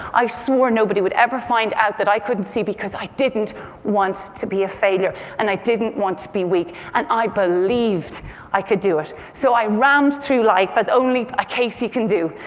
i swore nobody would ever find out that i couldn't see, because i didn't want to be a failure, and i didn't want to be weak. and i believed i could do it. so i rammed through life as only a casey can do.